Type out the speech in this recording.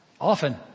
often